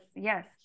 yes